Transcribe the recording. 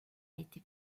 été